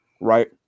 Right